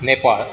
Nepal